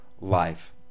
life